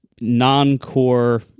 non-core